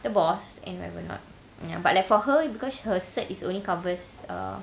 the boss and whatever not ya but like for her because her cert is only covers err